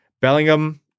Bellingham